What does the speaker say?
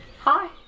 hi